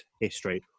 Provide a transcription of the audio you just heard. history